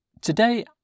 Today